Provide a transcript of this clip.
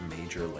major